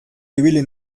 ibili